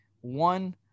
one